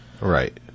Right